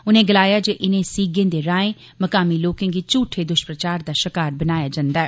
उनें गलाया जे इनें सीगें दे राएं मुकामी लोकें गी झूठे दुष्प्रचार दा शिकार बनाया जंदा ऐ